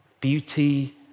Beauty